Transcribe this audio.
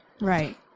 Right